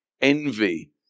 envy